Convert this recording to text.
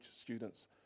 students